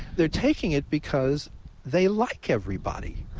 they're taking it because they like everybody,